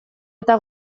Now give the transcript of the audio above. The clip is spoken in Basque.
eta